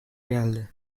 geldi